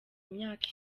imyaka